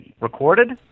Recorded